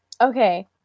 Okay